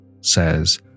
says